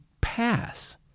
pass